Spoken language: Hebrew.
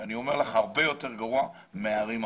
ואני אומר לך הרבה יותר גרוע, מערים אחרות.